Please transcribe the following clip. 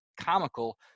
comical